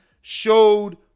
showed